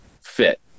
fit